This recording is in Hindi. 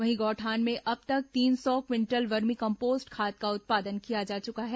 वहीं गौठान में अब तक तीन सौ क्विंटल वर्मी कम्पोस्ट खाद का उत्पादन किया जा चुका है